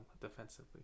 defensively